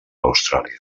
austràlia